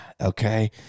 okay